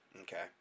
Okay